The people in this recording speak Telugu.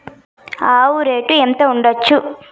ఆవు రేటు ఎంత ఉండచ్చు?